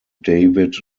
david